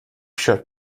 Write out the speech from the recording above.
shut